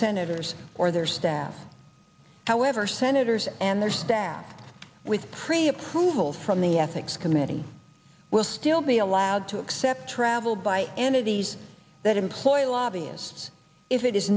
senators or their staff however senators and their staff with pre approval from the ethics committee will still be allowed to accept travel by entities that employ lobbyists if i